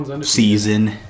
season